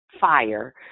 fire